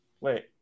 Wait